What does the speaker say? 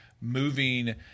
moving